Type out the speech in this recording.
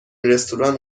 رستوران